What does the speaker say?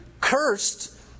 Cursed